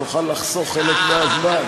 תוכל לחסוך חלק מהזמן.